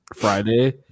Friday